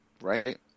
Right